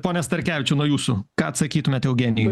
pone starkevičiau nuo jūsų ką atsakytumėt eugenijui